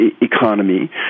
economy